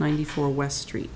ninety four west street